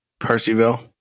Percyville